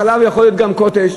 חלב יכול להיות גם קוטג',